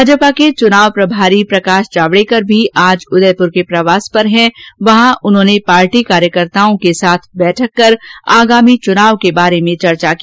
भाजपा के चुनाव प्रभारी प्रकाश जावडेकर भी आज उदयपुर प्रवास पर हैं उन्होंने वहां पार्टी कार्यकर्ताओं के साथ बैठक कर आगामी चुनाव के बारे में चर्चा की